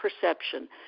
perception